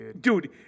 dude